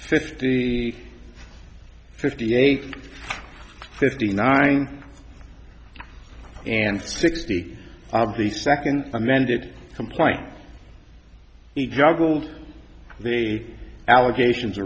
fifty fifty eight fifty nine and sixty of the second amended complaint he juggled the allegations